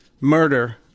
murder